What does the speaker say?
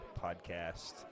podcast